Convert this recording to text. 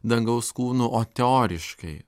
dangaus kūnų o teoriškai